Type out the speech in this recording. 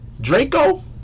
Draco